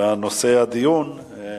בנושא הדיון.